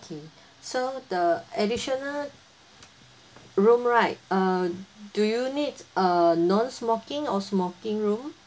okay so the additional room right uh do you need a non smoking or smoking room